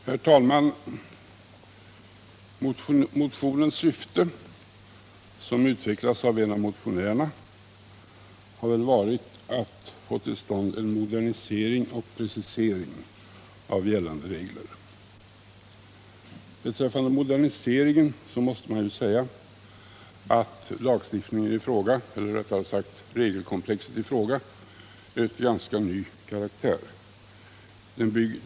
Herr talman! Motionens syfte har väl varit att få till stånd en modernisering och precisering av gällande regler. Beträffande moderniseringen måste man säga att regelkomplexet i fråga är av ganska ny karaktär.